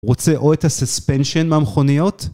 רוצה או את הסספנשן מהמכוניות?